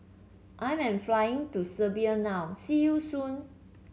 I am flying to Serbia now see you soon